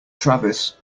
travis